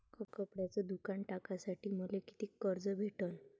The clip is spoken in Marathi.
कपड्याचं दुकान टाकासाठी मले कितीक कर्ज भेटन?